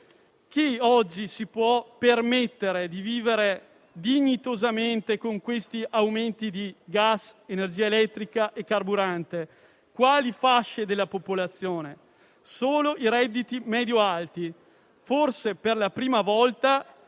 Chi oggi si può permettere di vivere dignitosamente con gli aumenti di gas, energia elettrica e carburante, quali fasce della popolazione? Forse per la prima volta